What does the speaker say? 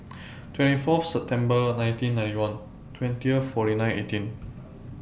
twenty four September nineteen ninety one twenty forty nine eighteen